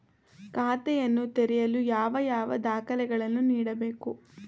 ಖಾತೆಯನ್ನು ತೆರೆಯಲು ಯಾವ ಯಾವ ದಾಖಲೆಗಳನ್ನು ನೀಡಬೇಕು?